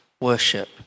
worship